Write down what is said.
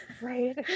right